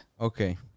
okay